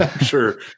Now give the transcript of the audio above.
Sure